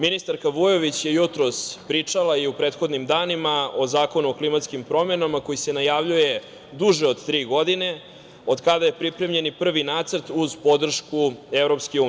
Ministarka Vujović je jutros pričala i u prethodim danima o Zakonu o klimatskim promenama koji se najavljuje duže od tri godine, od kada je pripremljen i prvi nacrt uz podršku EU.